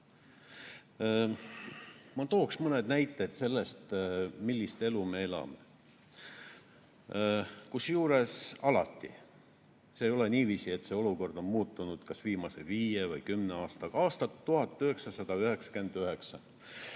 tooks mõne näite selle kohta, millist elu me elame, kusjuures alati. See ei ole niiviisi, et see olukord oleks muutunud kas viimase viie või kümne aastaga. Aasta 1999,